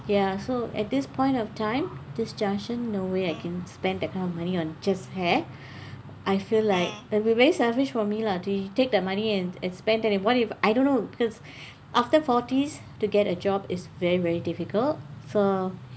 ya so at this point of time this junction no way I can spend that kind of money on just hair I feel like it will be very selfish for me lah to take that money and and spent it what if I don't know because after forties to get a job is very very difficult so